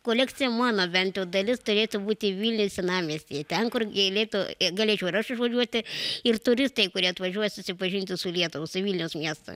kolekcija mano bent jau dalis turėtų būti vilniuj senamiestyje ten kur gėlėtų galėčiau ir aš užvažiuoti ir turistai kurie atvažiuoja susipažinti su lietuva su vilniaus miestu